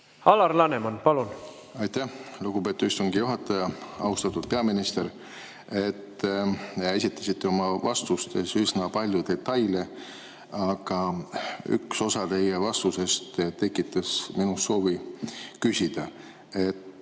Alar Laneman, palun! Aitäh, lugupeetud istungi juhataja! Austatud peaminister! Te esitasite oma vastustes üsna palju detaile, aga üks osa teie vastusest tekitas minus soovi küsida.